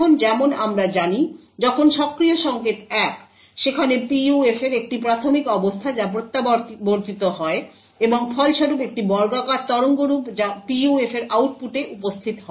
এখন যেমন আমরা জানি যখন সক্রিয় সংকেত 1 সেখানে PUF এর একটি প্রাথমিক অবস্থা যা প্রত্যাবর্তিত হয় এবং ফলস্বরূপ একটি বর্গাকার তরঙ্গরূপ যা PUF এর আউটপুটে উপস্থিত হয়